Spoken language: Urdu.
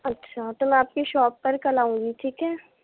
اچھا تو میں آپ کی شاپ پر کل آؤں گی ٹھیک ہے